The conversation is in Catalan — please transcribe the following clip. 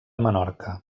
menorca